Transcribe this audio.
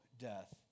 death